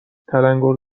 تلنگور